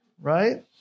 right